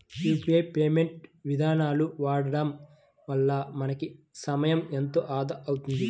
UPI payment ఇదానాలను వాడడం వల్ల మనకి సమయం ఎంతో ఆదా అవుతుంది